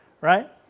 right